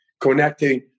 connecting